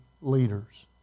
leaders